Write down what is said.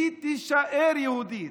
היא תישאר יהודית.